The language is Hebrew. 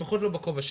לפחות לא בכובע שלנו.